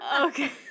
okay